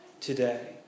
Today